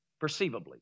perceivably